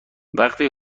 وقتی